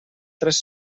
tres